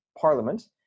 Parliament